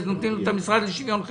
נותנים לו את המשרד לשוויון חברתי?